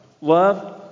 love